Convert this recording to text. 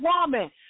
woman